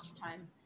time